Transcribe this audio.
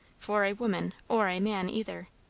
for a woman or a man either.